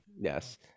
Yes